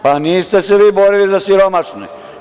Pa, niste se vi borili za siromašne.